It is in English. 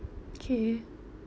~kay